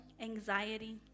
Anxiety